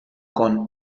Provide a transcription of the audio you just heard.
con